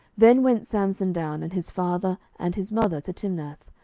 then went samson down, and his father and his mother, to timnath,